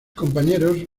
compañeros